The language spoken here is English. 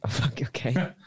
okay